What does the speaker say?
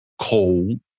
cold